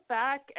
back